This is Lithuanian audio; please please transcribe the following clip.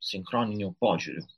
sinchroniniu požiūriu